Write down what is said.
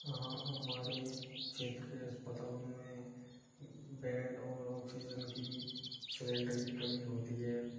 हाँ हमारे क्षेत्र के अस्पतालों में बेड और ऑक्सीजन की सिलेंडर की कमी होती है